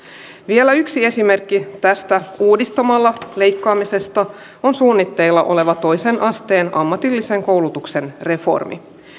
vielä yksi esimerkki tästä uudistamalla leikkaamisesta on suunnitteilla oleva toisen asteen ammatillisen koulutuksen reformi